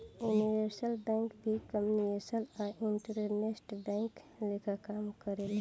universal bank भी commercial आ investment bank लेखा काम करेले